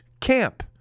camp